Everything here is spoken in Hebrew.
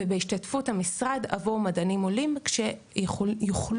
ובהשתתפות המשרד עבור מדענים עולים כשיוכלו